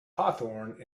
hawthorne